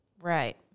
Right